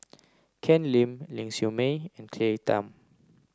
Ken Lim Ling Siew May and Claire Tham